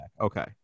Okay